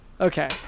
Okay